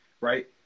right